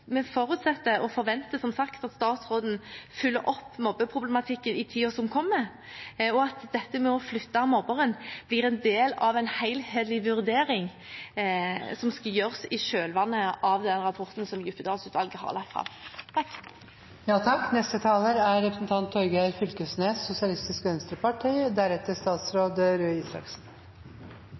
vi forutsetter og forventer som sagt at statsråden følger opp mobbeproblematikken i tiden som kommer, og at dette med å flytte mobberen blir en del av en helhetlig vurdering som skal gjøres i kjølvannet av den rapporten som Djupedal-utvalget har lagt fram. Mobbing går i arv. Det smittar. Mobbing skjer blant dei aller minste og blant dei aller eldste. Det er